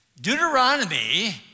Deuteronomy